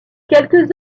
quelques